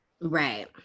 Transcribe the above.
right